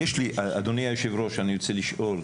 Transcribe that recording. אדוני היושב-ראש, אני רוצה לשאול.